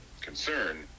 concern